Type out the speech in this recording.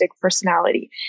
personality